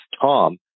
Tom